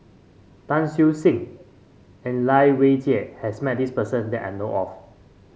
Tan Siew Sin and Lai Weijie has met this person that I know of